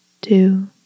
two